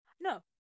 No